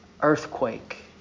earthquake